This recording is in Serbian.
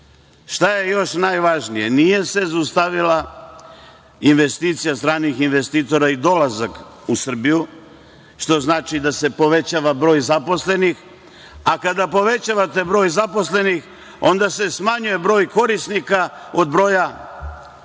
je još najvažnije? Nije se zaustavila investicija stranih investitora i dolazak u Srbiju, što znači da se povećava broj zaposlenih, a kada povećavate broj zaposlenih onda se smanjuje broj korisnika od broja obveznika.